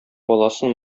баласын